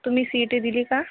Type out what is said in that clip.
तुम्ही C E T दिली का